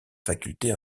facultés